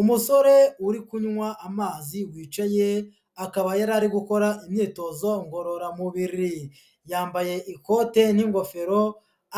Umusore uri kunywa amazi wicaye, akaba yarari gukora imyitozo ngororamubiri yambaye ikote n'ingofero,